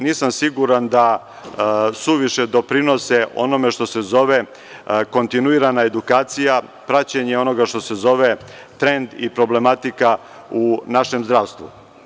Nisam siguran da suviše doprinose onome što se zove kontinuirana edukacija, praćenje onoga što se zove trend i problematika u našem zdravstvu.